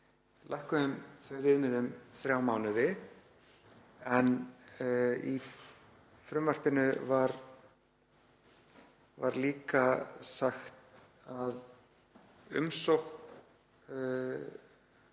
lækkuðum þau viðmið um þrjá mánuði. En í frumvarpinu var líka sagt að umsókn